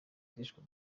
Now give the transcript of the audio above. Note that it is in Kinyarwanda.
zishwe